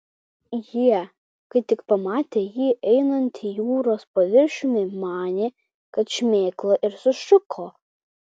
jie kai tik pamatė jį einantį jūros paviršiumi manė kad šmėkla ir sušuko